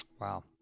wow